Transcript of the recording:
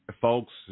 folks